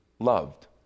loved